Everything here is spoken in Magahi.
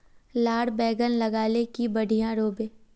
लार बैगन लगाले की बढ़िया रोहबे?